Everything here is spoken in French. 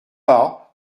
pas